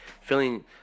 feeling